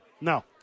No